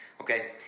Okay